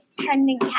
trending